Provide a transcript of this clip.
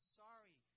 sorry